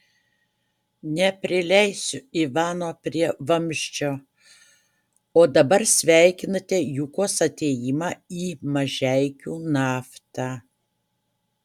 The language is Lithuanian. neprileisiu ivano prie vamzdžio o dabar sveikinate jukos atėjimą į mažeikių naftą